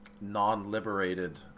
non-liberated